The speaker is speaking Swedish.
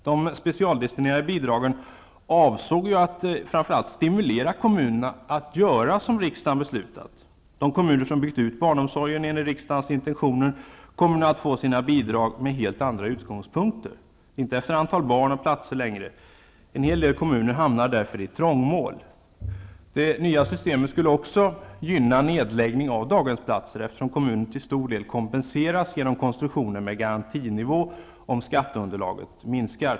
De specialdestinerade bidragen avsåg ju att framför allt stimulera kommunerna att göra som riksdagen beslutat. De kommuner som byggt ut barnomsorgen enligt riksdagens intentioner kommer nu att få sina bidrag med helt andra utgångspunkter, inte längre efter antal barn och platser. En hel del kommuner hamnar därför i trångmål. Det nya systemet skulle också kunna gynna nedläggning av daghemsplatser, eftersom kommunen till stor del kompenseras genom konstruktionen med garantinivå, om skatteunderlaget minskar.